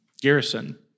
Garrison